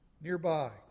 nearby